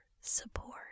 support